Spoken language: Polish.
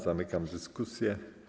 Zamykam dyskusję.